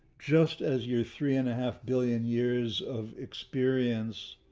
just as your three and a half billion years of experience